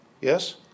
Yes